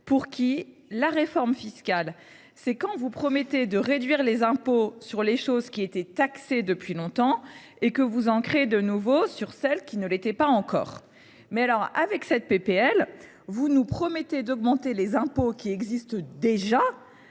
Faure :« La réforme fiscale, c’est quand vous promettez de réduire les impôts sur les choses qui étaient taxés depuis longtemps et que vous en créez de nouveaux sur celles qui ne l’étaient pas encore. » Avec cette proposition de loi, vous nous promettez d’augmenter les impôts qui existent déjà,